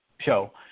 show